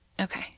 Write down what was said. Okay